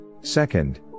Second